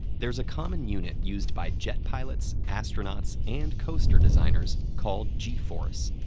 there's a common unit used by jet pilots, astronauts, and coaster designers called g force.